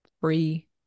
free